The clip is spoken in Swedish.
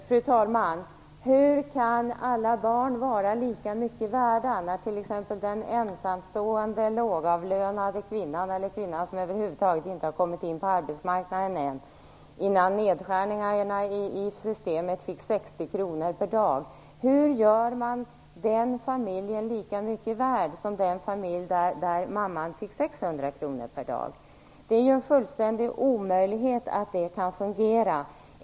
Fru talman! Hur kan alla barn vara lika mycket värda mot bakgrund av att t.ex. den ensamstående lågavlönade mamman eller den mamma som ännu över huvud taget inte har kommit in på arbetsmarknaden fick 60 kr per dag före nedskärningarna i systemen? Hur gör man en sådan familj lika mycket värd som den familj där mamman fått 600 kr per dag? Det är ju fullständigt omöjligt att det kan fungera.